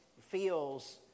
feels